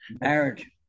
marriage